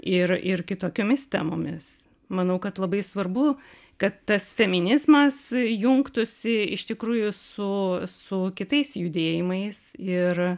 ir ir kitokiomis temomis manau kad labai svarbu kad tas feminizmas jungtųsi iš tikrųjų su su kitais judėjimais ir